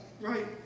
Right